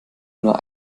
nur